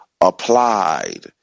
applied